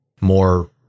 more